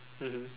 mmhmm